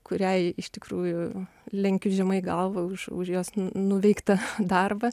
kuriai iš tikrųjų lenkiu žemai galvą už už jos nuveiktą darbą